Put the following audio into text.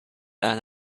earn